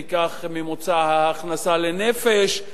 ניקח את ממוצע ההכנסה לנפש,